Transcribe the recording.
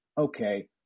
okay